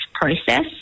process